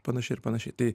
panašiai ir panašiai tai